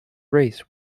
race